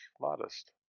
modest